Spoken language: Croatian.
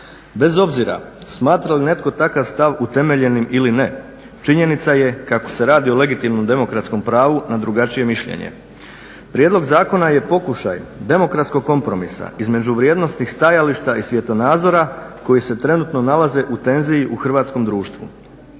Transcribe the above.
Bez obzira smatra li netko takav stav utemeljenim ili ne, činjenica je kako se radi o legitimnom demokratskom pravu na drugačije mišljenje. Prijedlog zakona je pokušaj demokratskog kompromisa između vrijednosnih stajališta i svjetonazora koji se trenutno nalaze u tenziji u hrvatskom društvu.